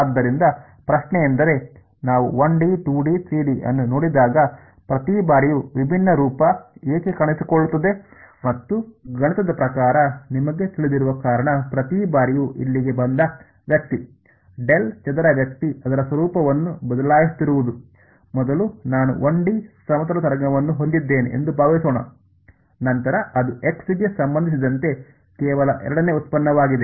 ಆದ್ದರಿಂದ ಪ್ರಶ್ನೆಯೆಂದರೆ ನಾವು 1 ಡಿ 2 ಡಿ 3 ಡಿ ಅನ್ನು ನೋಡಿದಾಗ ಪ್ರತಿ ಬಾರಿಯೂ ವಿಭಿನ್ನ ರೂಪ ಏಕೆ ಕಾಣಿಸಿಕೊಳ್ಳುತ್ತದೆ ಮತ್ತು ಗಣಿತದ ಪ್ರಕಾರ ನಿಮಗೆ ತಿಳಿದಿರುವ ಕಾರಣ ಪ್ರತಿ ಬಾರಿಯೂ ಇಲ್ಲಿಗೆ ಬಂದ ವ್ಯಕ್ತಿ ಡೆಲ್ ಚದರ ವ್ಯಕ್ತಿ ಅದರ ಸ್ವರೂಪವನ್ನು ಬದಲಾಯಿಸುತ್ತಿರುವುದು ಮೊದಲು ನಾನು 1 ಡಿ ಸಮತಲ ತರಂಗವನ್ನು ಹೊಂದಿದ್ದೇನೆ ಎಂದು ಭಾವಿಸೋಣ ನಂತರ ಅದು x ಗೆ ಸಂಬಂಧಿಸಿದಂತೆ ಕೇವಲ ಎರಡನೇ ಉತ್ಪನ್ನವಾಗಿದೆ